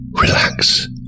Relax